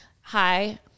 hi